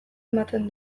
ematen